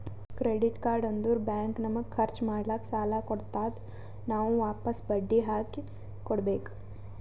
credit card ಅಂದುರ್ bank ನಮಗ ಖರ್ಚ್ ಮಾಡ್ಲಾಕ್ ಸಾಲ ಕೊಡ್ತಾದ್, ನಾವ್ ವಾಪಸ್ ಬಡ್ಡಿ ಹಾಕಿ ಕೊಡ್ಬೇಕ